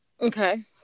Okay